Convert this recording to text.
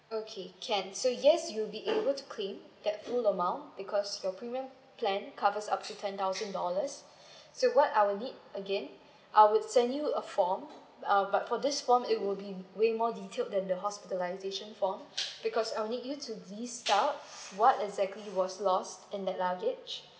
okay can so yes you'll be able to claim that full amount because your premium plan covers up to ten thousand dollars so what I will need again I would send you a form uh but for this form it will be way more detailed than the hospitalisation form because I would need you to list out what exactly was lost in that luggage